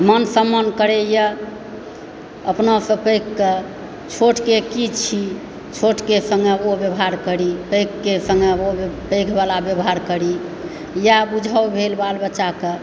मान सम्मान करैया अपनासंँ पैघके छोटके की छी छोटके सङ्गे ओ व्यवहार करी पैघके सङ्गे पैघ वला व्यवहार करी इएह बुझब भेल बाल बच्चाकेँ